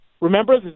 Remember